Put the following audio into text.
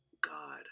god